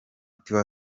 tiwa